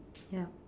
ya